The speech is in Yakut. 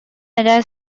эрэ